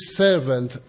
servant